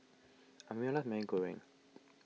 Amira Maggi Goreng